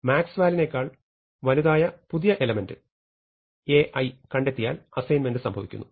അതിനാൽ maxval നേക്കാൾ വലുതായ പുതിയ എലമെന്റ് Ai കണ്ടെത്തിയാൽ അസൈൻമെന്റ് സംഭവിക്കുന്നു